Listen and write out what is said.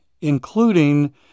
including